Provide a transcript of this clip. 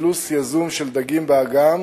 אכלוס יזום של דגים באגם